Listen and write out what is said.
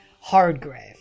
Hardgrave